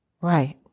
Right